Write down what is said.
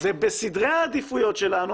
זה בסדרי העדיפויות שלנו,